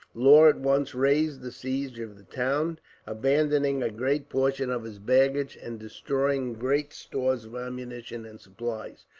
law at once raised the siege of the town abandoning a great portion of his baggage and, destroying great stores of ammunition and supplies,